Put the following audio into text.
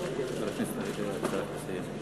חבר הכנסת אריה דרעי, צריך לסיים.